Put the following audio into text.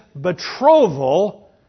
betrothal